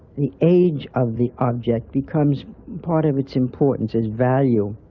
the age of the object becomes part of its importance, its value.